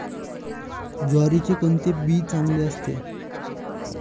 ज्वारीचे कोणते बी चांगले असते?